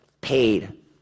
paid